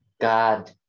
God